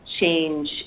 change